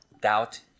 doubt